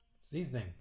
Seasoning